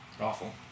Awful